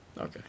Okay